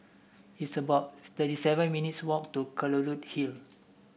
it's about thirty seven minutes' walk to Kelulut Hill